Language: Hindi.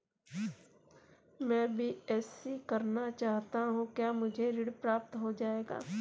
मैं बीएससी करना चाहता हूँ क्या मुझे ऋण प्राप्त हो जाएगा?